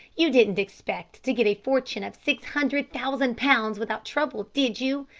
you didn't expect to get a fortune of six hundred thousand pounds without trouble, did you?